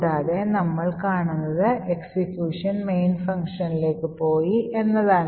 കൂടാതെ നമ്മൾ കാണുന്നത് എക്സിക്യൂഷൻ main ഫംഗ്ഷനിലേക്ക് പോയി എന്നതാണ്